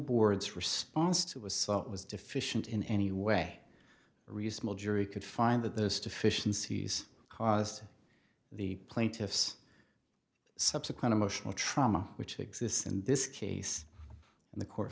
board's response to it was sought was deficient in any way reasonable jury could find that those deficiencies caused the plaintiff's subsequent emotional trauma which exists in this case and the court